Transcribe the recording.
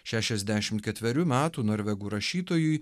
šešiasdešim ketverių metų norvegų rašytojui